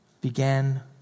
began